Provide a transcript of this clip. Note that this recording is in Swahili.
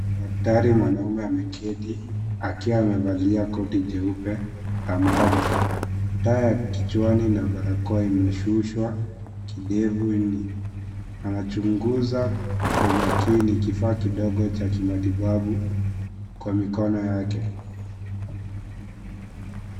Daktari mwanaume ameketi, akiwa amevalia koti jeupe, la maabara, taa ya kichwani na barakoa imeshushwa, kidevuni, anachunguza kwa umakini kifaa kidogo cha kimatibabu kwa mikono yake.